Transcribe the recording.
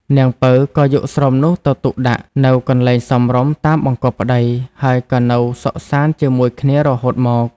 នាងពៅក៏យកស្រោមនោះទុកដាក់ នៅកន្លែងសមរម្យតាមបង្គាប់ប្ដី ហើយក៏នៅសុខសាន្ដជាមួយគ្នារៀងរហូតមក។